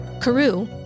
Carew